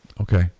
okay